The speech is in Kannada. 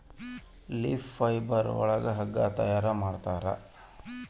ಲೀಫ್ ಫೈಬರ್ ಒಳಗ ಹಗ್ಗ ತಯಾರ್ ಮಾಡುತ್ತಾರೆ